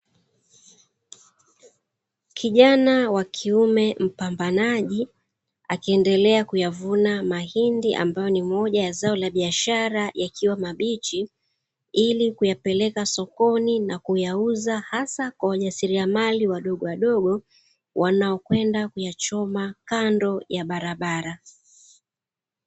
Kijana wa kiume mpambanaji akiendelea kuyavuna mahindi ambayo ni moja ya zao la biashara yakiwa mabichi, ili kuyapeleka sokoni na kuyauza hasa kwa wajisiriamali wadogowadogo, wanaokwenda kuyachoma kando ya barabara.